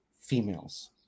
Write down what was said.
females